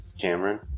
Cameron